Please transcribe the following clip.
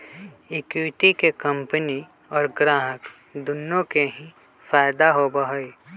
equity के company और ग्राहक दुन्नो के ही फायद दा होबा हई